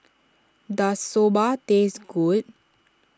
does Soba taste good